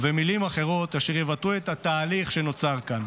ובמילים אחרות, אשר יבטאו את התהליך שנוצר כאן: